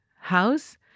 house